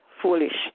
foolish